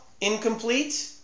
incomplete